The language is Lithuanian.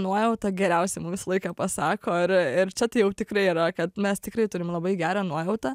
nuojauta geriausiai mum visą laiką pasako ir ir čia jau tikrai yra kad mes tikrai turim labai gerą nuojautą